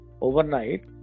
overnight